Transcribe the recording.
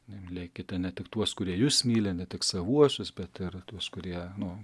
mylėkite ne tik tuos kurie jus myli ne tik savuosius bet ir tuos kurie nu